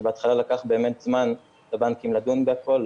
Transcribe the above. בהתחלה לקח זמן לבנקים לדון בכל,